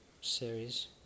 series